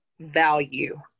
value